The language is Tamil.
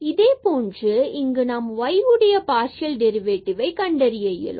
இதேபோன்று இங்கு நாம் y உடைய பார்சியல் டெரிவேடிவ்வை கண்டறிய இயலும்